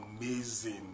amazing